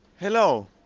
hello